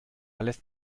lässt